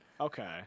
Okay